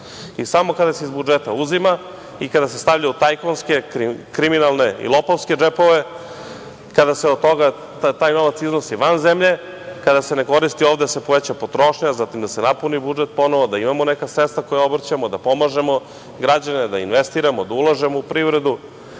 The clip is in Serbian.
Samo kada se iz budžeta uzima i kada se stavlja u tajkunske, kriminalne i lopovske džepove, kada se taj novac iznosi van zemlje, kada se ne koristi ovde da se poveća potrošnja, da se napuni budžet ponovo, da imamo neka sredstva koja obrćemo, da pomažemo građane, da investiramo, da ulažemo u privredu,